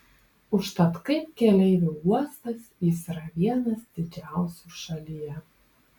užtat kaip keleivių uostas jis yra vienas didžiausių šalyje